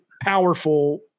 powerful